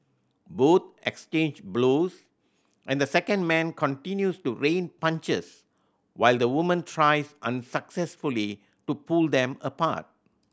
both exchange blows and the second man continues to rain punches while the woman tries unsuccessfully to pull them apart